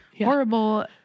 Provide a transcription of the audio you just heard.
horrible